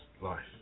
life